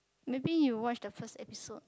maybe you watch the first episode